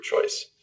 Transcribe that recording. choice